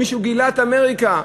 מישהו גילה את אמריקה,